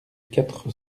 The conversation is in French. quatre